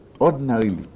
ordinarily